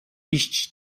iść